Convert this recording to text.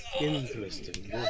interesting